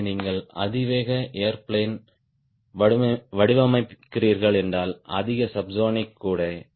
எனவே நீங்கள் அதிவேக ஏர்பிளேன் வடிவமைக்கிறீர்கள் என்றால் அதிக சப்ஸோனிக் கூட